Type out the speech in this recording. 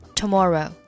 tomorrow